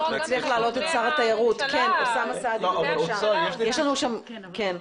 אנחנו כאן מנהלים דיון שאני חייבת לומר שהוא ממש כואב